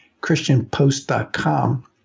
ChristianPost.com